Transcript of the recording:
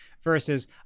versus